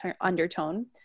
undertone